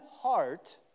heart